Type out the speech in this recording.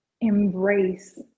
embrace